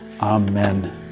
Amen